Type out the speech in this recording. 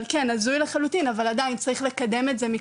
אבל כן הזוי לחלוטין אבל עדיין צריך לקדם את זה,